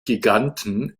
giganten